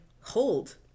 hold